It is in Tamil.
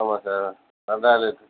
ஆமாம் சார் வந்தால் அரை லிட்ரு